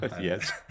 Yes